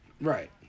right